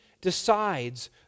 decides